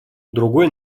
другой